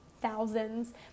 thousands